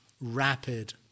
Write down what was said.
rapid